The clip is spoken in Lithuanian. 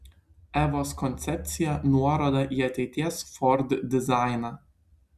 evos koncepcija nuoroda į ateities ford dizainą